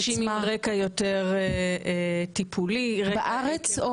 אנשים עם רקע יותר טיפולי - בכלל.